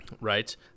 right